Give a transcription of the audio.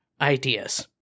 ideas